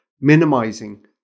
minimizing